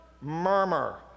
murmur